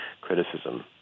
criticism